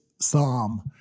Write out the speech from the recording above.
psalm